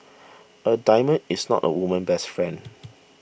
a diamond is not a woman's best friend